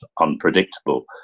unpredictable